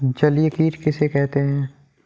जलीय कीट किसे कहते हैं?